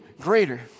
greater